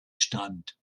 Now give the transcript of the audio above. stand